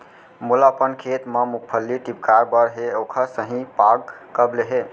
मोला अपन खेत म मूंगफली टिपकाय बर हे ओखर सही पाग कब ले हे?